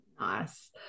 Nice